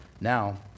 Now